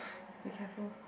be careful